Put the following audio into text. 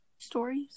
Stories